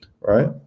right